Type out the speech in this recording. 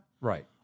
Right